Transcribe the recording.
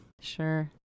Sure